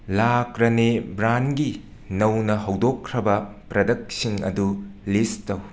ꯂꯥ ꯀ꯭ꯔꯅꯦ ꯕ꯭ꯔꯥꯟꯒꯤ ꯅꯧꯅ ꯍꯧꯗꯣꯛꯈ꯭ꯔꯕ ꯄ꯭ꯔꯗꯛꯁꯤꯡ ꯑꯗꯨ ꯂꯤꯁ ꯇꯧ